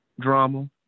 drama